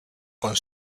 con